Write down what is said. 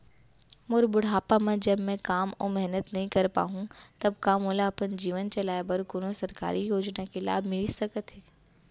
मोर बुढ़ापा मा जब मैं काम अऊ मेहनत नई कर पाहू तब का मोला अपन जीवन चलाए बर कोनो सरकारी योजना के लाभ मिलिस सकत हे?